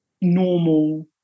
normal